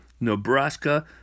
Nebraska